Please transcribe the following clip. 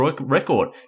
record